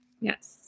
yes